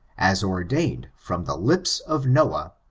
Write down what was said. as ordained from the lips of noab,